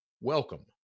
Welcome